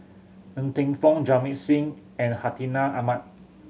Ng Teng Fong Jamit Singh and Hartinah Ahmad